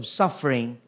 suffering